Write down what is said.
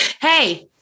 Hey